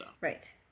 Right